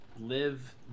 live